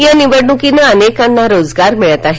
या निवडणूकीनं अनेकांना रोजगार मिळत आहे